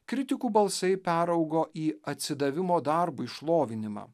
kritikų balsai peraugo į atsidavimo darbui šlovinimą